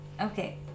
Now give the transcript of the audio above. Okay